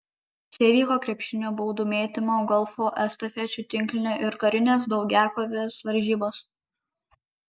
čia vyko krepšinio baudų mėtymo golfo estafečių tinklinio ir karinės daugiakovės varžybos